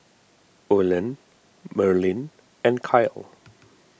Olen Marlyn and Kyle